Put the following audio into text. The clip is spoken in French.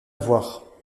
voir